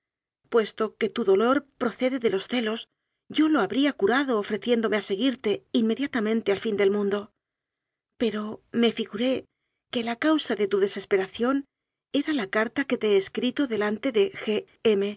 puesto que tu dolor procede de los celos yo lo habría curado ofre ciéndome a seguirte inmediatamente al fin del mundo pero me figuré que la causa de tu deses peración era la carta que te he escrito delante de